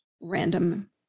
random